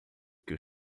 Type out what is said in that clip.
que